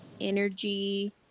energy